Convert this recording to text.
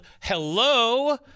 hello